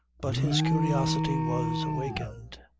but his curiosity was awakened.